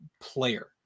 player